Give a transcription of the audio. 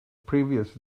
previous